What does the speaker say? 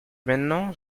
maintenant